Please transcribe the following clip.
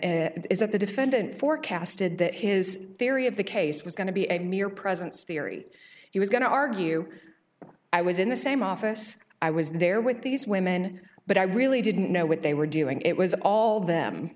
is that the defendant forecasted that his theory of the case was going to be a mere presence theory he was going to argue i was in the same office i was there with these women but i really didn't know what they were doing it was all them